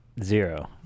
Zero